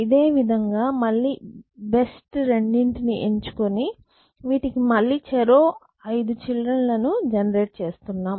ఇదే విధంగా మళ్ళి బెస్ట్ రెండిటిని ఎంచుకుని వీటికి మళ్ళీ చెరో 5 చిల్డ్రన్ లను జెనెరేట్ చేస్తున్నాం